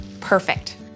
Perfect